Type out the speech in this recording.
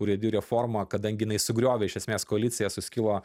urėdijų reforma kadangi jinai sugriovė iš esmės koalicija suskilo